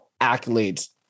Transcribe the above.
accolades